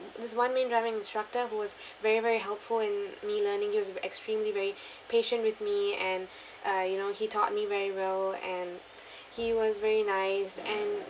there's one main driving instructor who was very very helpful in me learning he was extremely very patient with me and uh you know he taught me very well and he was very nice and